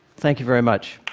thank you very much.